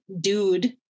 dude